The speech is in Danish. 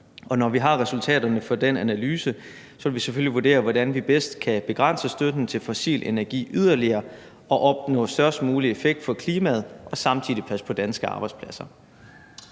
når vi har resultaterne fra den analyse, vil vi selvfølgelig vurdere, hvordan vi bedst kan begrænse støtten til fossil energi yderligere og opnå størst mulig effekt for klimaet og samtidig passe på danske arbejdspladser.